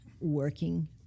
working